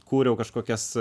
kūriau kažkokias